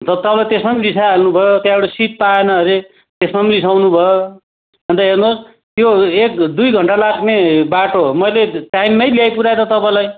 अन्त तपाईँ त्यसमा पनि रिसाइहाल्नु भयो त्यहाँबाट सिट पाएन अरे त्यसमा पनि रिसाउनुभयो अन्त हेर्नुहोस् त्यो एक दुई घन्टा लाग्ने बाटो हो मैले टाइममै ल्याइपुऱ्याएँ त तपाईँलाई